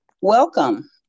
Welcome